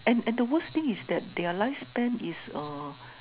and and the worst thing is that their lifespan is uh